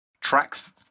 tracks